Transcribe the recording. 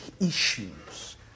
issues